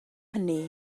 hynny